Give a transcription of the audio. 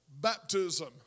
baptism